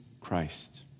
Christ